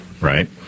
right